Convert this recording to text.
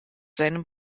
seinem